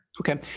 Okay